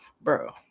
bro